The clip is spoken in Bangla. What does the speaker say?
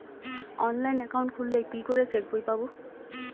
অনলাইন একাউন্ট খুললে কি করে চেক বই পাব?